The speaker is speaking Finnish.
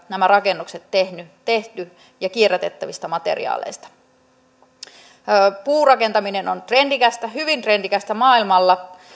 nämä rakennukset on kestävistä ja kierrätettävistä materiaalista tehty puurakentaminen on hyvin trendikästä maailmalla